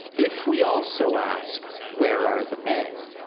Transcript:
if we also ask where are the men,